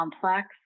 complex